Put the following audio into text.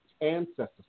ancestors